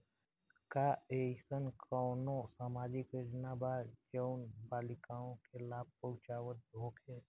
का एइसन कौनो सामाजिक योजना बा जउन बालिकाओं के लाभ पहुँचावत होखे?